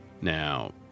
Now